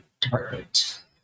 department